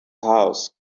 house